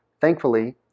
Thankfully